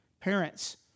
Parents